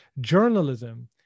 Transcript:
journalism